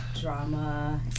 Drama